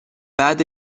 بعد